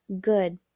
good